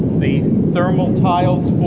the thermal tiles